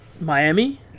miami